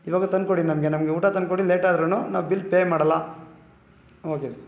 ಇವಾಗ ತಂದುಕೊಡಿ ನಮಗೆ ನಮಗೆ ಊಟ ತಂದುಕೊಡಿ ಲೇಟಾದ್ರೂ ನಾವು ಬಿಲ್ ಪೇ ಮಾಡೋಲ್ಲ ಓಕೆ ಸರ್